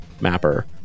mapper